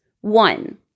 One